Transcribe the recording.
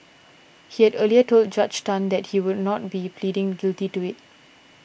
he had earlier told Judge Tan that he would not be pleading guilty to it